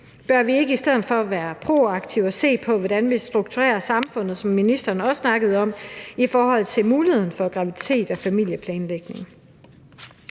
Bør vi ikke i stedet for være proaktive og se på, hvordan vi strukturerer samfundet, som ministeren også snakkede om, i forhold til muligheden for graviditet og familieplanlægning?